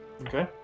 Okay